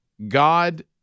God